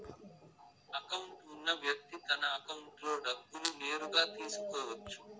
account ఉన్న వ్యక్తి తన అకౌంట్లో డబ్బులు నేరుగా తీసుకోవచ్చు